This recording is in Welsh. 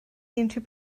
unrhyw